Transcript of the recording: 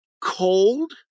cold